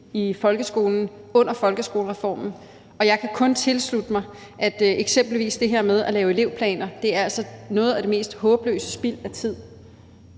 i folkeskolen under folkeskolereformen, og jeg kan kun tilslutte mig, at eksempelvis det her med at lave elevplaner er noget af det mest håbløse spild af tid.